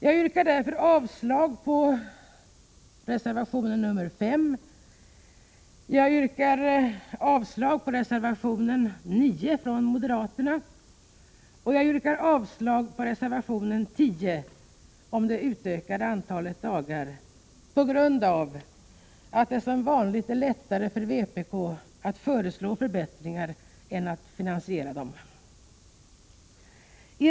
Jag yrkar därför avslag på reservation 5 från centerrepresentanterna och på reservation 9 från moderaterna och folkpartiet liksom på vpk-reservationen 10 om utökat antal kontaktdagar. Som vanligt är det lättare för vpk att föreslå förbättringar än att finansiera dem.